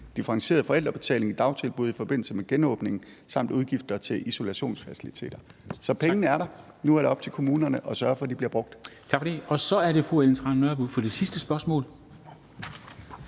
differentieret forældrebetaling i dagtilbud i forbindelse med genåbningen samt udgifter til isolationsfaciliteter. Så pengene er der, og nu er det op til kommunerne at sørge for, at de bliver brugt.